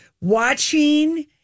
watching